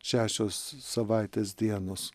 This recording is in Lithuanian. šešios savaitės dienos